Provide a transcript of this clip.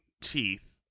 teeth